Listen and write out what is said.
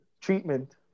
Treatment